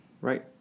right